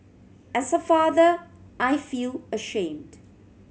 as a father I feel ashamed